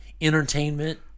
entertainment